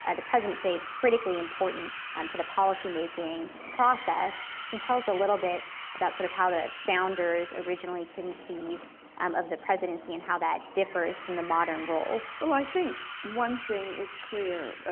ah the president today is critically important um to the policy making process. can you tell us a little bit about sort of how the founders originally conceived um of the presidency and how that differs from the modern role. well i think one thing is clear,